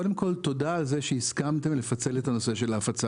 קודם כל תודה על זה שהסכמתם לפצל את העניין של ההפצה,